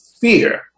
fear